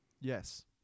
yes